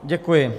Děkuji.